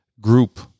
group